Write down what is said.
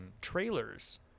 trailers